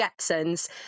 jetsons